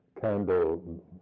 Candle